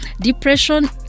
depression